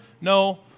no